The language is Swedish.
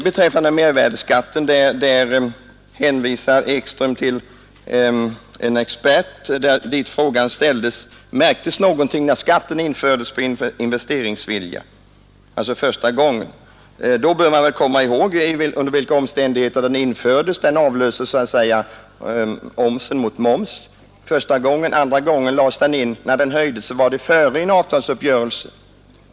Beträffande mervärdeskatten hänvisar herr Ekström till en expert som fick frågan: Hade skatten när den infördes ursprungligen någon inverkan på investeringsviljan? Vad man då bör beakta är under vilka omständigheter skatten infördes. Den infördes ju i det läge då omsen avlöstes av moms, vilket innebar en viss lättnad för företagen, särskilt med tanke på investeringar. När skatten sedan höjdes var det före en avtalsuppgörelse.